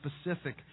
specific